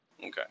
Okay